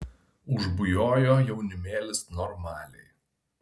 užbujojo jaunimėlis normaliai